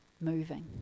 moving